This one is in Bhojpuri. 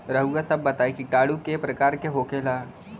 रउआ सभ बताई किटाणु क प्रकार के होखेला?